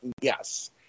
yes